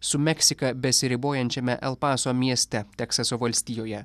su meksika besiribojančiame el paso mieste teksaso valstijoje